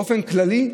באופן כללי,